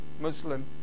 Muslim